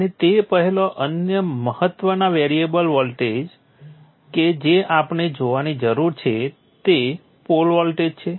અને તે પહેલાં અન્ય મહત્ત્વના વેરિયેબલ વોલ્ટેજ કે જે આપણે જોવાની જરૂર છે તે પોલ વોલ્ટેજ છે